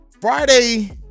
Friday